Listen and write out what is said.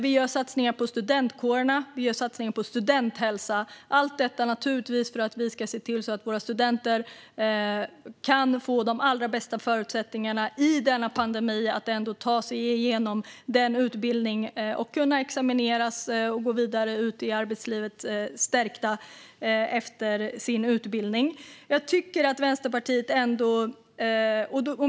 Vi gör satsningar på studentkårerna, och vi gör satsningar på studenthälsa, och allt detta gör vi naturligtvis för att vi ska se till att våra studenter får de allra bästa förutsättningarna att i denna pandemi ändå ta sig igenom sina utbildningar. De ska kunna examineras och gå vidare ut i arbetslivet stärkta efter utbildningen.